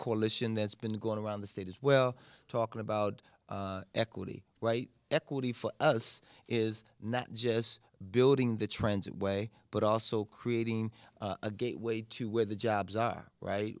coalition that's been going around the state as well talking about equity right equity for us is not just building the transit way but also creating a gateway to where the jobs are